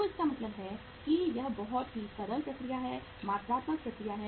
तो इसका मतलब है कि यह एक बहुत ही सरल प्रक्रिया है मात्रात्मक प्रक्रिया है